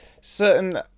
certain